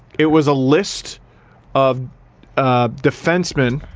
it was a list of defensemen,